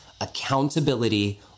accountability